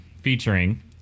featuring